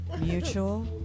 Mutual